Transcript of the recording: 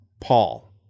Paul